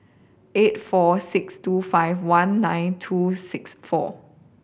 eight four six two five one nine two six four